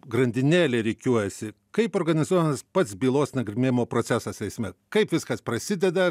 grandinėlė rikiuojasi kaip organizuojamas pats bylos nagrinėjimo procesas teisme kaip viskas prasideda